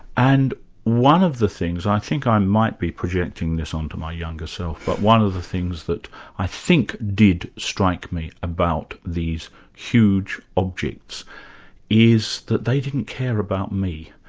and one of the things, i think i might be projecting this onto my younger self, but one of the things that i think did strike me about these huge objects is that they didn't care about me,